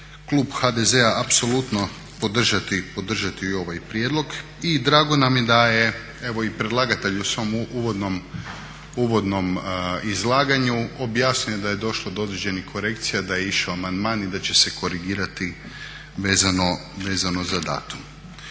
klub HDZ-a apsolutno podržati ovaj prijedlog i drago nam je da je evo i predlagatelj u svom uvodnom izlaganju objasnio da je došlo do određenih korekcija, da je išao amandman i da će se korigirati vezano za datum.